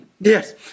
Yes